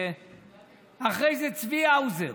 אחרי זה צבי האוזר,